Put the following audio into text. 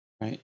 right